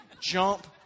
jump